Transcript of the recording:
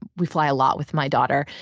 we fly a lot with my daughter.